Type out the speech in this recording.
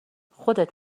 خودت